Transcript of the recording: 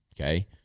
Okay